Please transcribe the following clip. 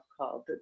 called